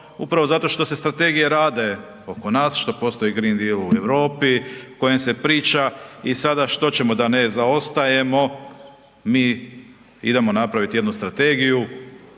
upravo zato što se strategije rade oko nas, što postoji Green Deal u Europi o kojem se priča i sada što ćemo da ne zaostajemo mi idemo napravit jednu strategiju